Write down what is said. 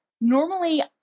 Normally